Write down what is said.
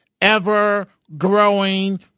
ever-growing